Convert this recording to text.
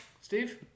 Steve